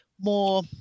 more